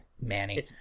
Manny